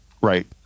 Right